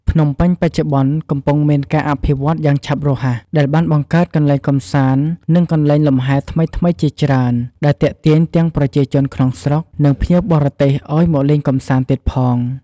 ភ្នំពេញបច្ចុប្បន្ន កំពុងមានការអភិវឌ្ឍយ៉ាងឆាប់រហ័ស ដែលបានបង្កើតកន្លែងកម្សាន្ត និងកន្លែងលំហែថ្មីៗជាច្រើន ដែលទាក់ទាញទាំងប្រជាជនក្នុងស្រុក និងភ្ញៀវបរទេសឲ្យមកលេងកម្សាន្ដទៀតផង។